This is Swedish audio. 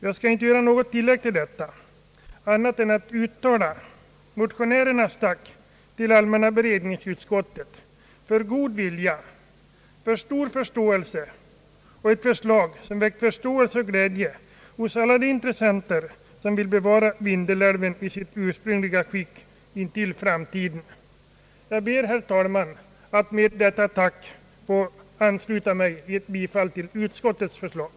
Jag skall inte göra något tillägg till detta annat än att uttala motionärernas tack till allmänna beredningsutskottet för god vilja, för stor förståelse och ett förslag, som väckt tillfredsställelse och glädje hos alla de intressenter som vill bevara Vindelälven i sitt ursprungliga skick till framtiden. Herr talman! Jag ber att få yrka bifall till utskottets förslag.